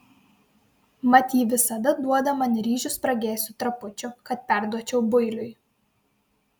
mat ji visada duoda man ryžių spragėsių trapučių kad perduočiau builiui